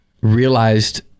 realized